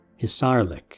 Hisarlik